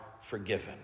forgiven